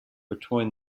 between